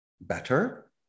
better